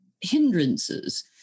hindrances